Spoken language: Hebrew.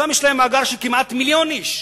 שם יש להם מאגר של כמעט מיליון איש.